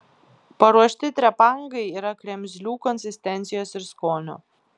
paruošti trepangai yra kremzlių konsistencijos ir skonio